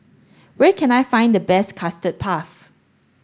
where can I find the best custard puff